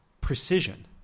precision